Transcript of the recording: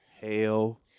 Hell